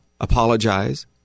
Apologize